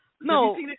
No